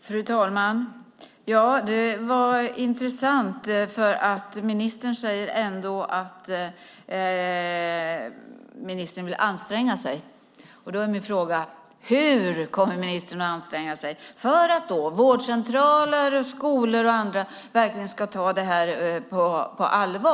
Fru talman! Det var intressant att höra att ministern ändå vill anstränga sig. Min fråga blir därför: Hur kommer ministern att anstränga sig för att vårdcentraler, skolor och andra verkligen ska ta det här på allvar?